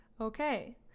Okay